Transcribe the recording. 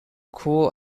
cool